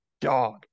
dog